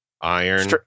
Iron